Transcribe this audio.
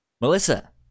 melissa